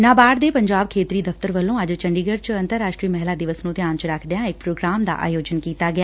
ਨਾਬਾਰਡ ਦੇ ਪੰਜਾਬ ਖੇਤਰੀ ਦਫ਼ਤਰ ਵੱਲੋਂ ਅੱਜ ਚੰਡੀਗੜ ਚ ਅੰਤਰਰਾਸ਼ਟਰੀ ਮਹਿਲਾ ਦਿਵਸ ਨੁੰ ਧਿਆਨ ਚ ਰਖਦਿਆ ਇਕ ਪ੍ਰੋਗਰਾਮ ਦਾ ਆਯੋਜਿਨ ਕੀਤਾ ਗਿਆ